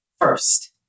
first